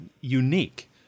unique